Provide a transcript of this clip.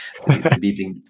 beeping